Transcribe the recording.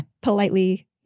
Politely